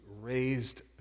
raised